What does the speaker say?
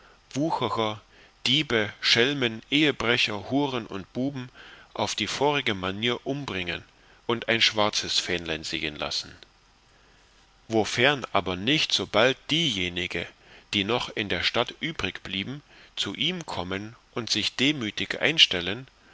wucherer diebe schelmen ehebrecher huren und buben auf die vorige manier umbbringen und ein schwarzes fähnlein sehen lassen wofern aber nicht so bald diejenige so noch in der stadt übrigblieben zu ihm kommen und sich demütig einstellen